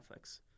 netflix